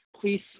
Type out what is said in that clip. Please